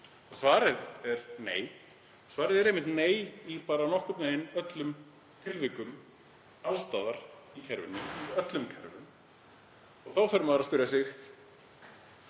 Svarið er nei. Svarið er einmitt nei í nokkurn veginn öllum tilvikum alls staðar í kerfinu, í öllum kerfum. Þá fer maður að spyrja sig